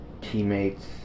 teammates